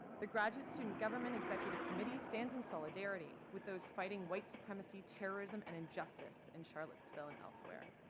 the graduate student government executive committee stands in solidarity with those fighting white supremacy, terrorism, and injustice in charlottesville and elsewhere.